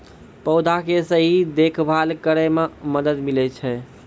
पौधा के सही देखभाल करै म मदद मिलै छै